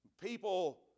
People